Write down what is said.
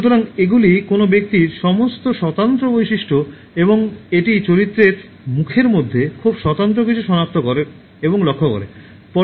সুতরাং এগুলি কোনও ব্যক্তির সমস্ত স্বতন্ত্র্য বৈশিষ্ট্য এবং এটি চরিত্রের মুখের মধ্যে খুব স্বতন্ত্র কিছু শনাক্ত করে এবং লক্ষ্য করে